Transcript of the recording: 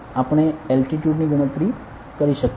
આપણે એલટીટ્યુડ ની ગણતરી કરી શકીએ